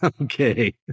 Okay